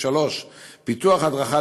3. פיתוח הדרכה,